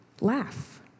laugh